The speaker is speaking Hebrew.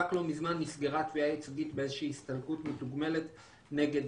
רק לא מזמן נסגרה תביעה ייצוגית באיזושהי הסתלקות מתוגמלת נגד